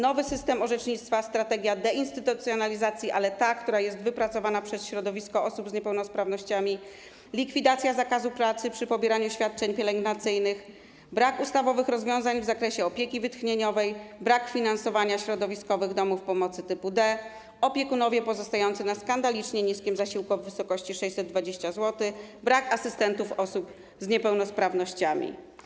Nowy system orzecznictwa, strategia deinstytucjonalizacji, ale ta, która jest wypracowana przez środowisko osób z niepełnosprawnościami, likwidacja zakazu pracy przy pobieraniu świadczeń pielęgnacyjnych, brak ustawowych rozwiązań w zakresie opieki wytchnieniowej, brak finansowania środowiskowych domów pomocy typu D, opiekunowie pozostający na skandalicznie niskim zasiłku w wysokości 620 zł, brak asystentów osób z niepełnosprawnościami.